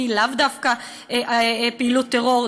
לאו דווקא פעילות טרור,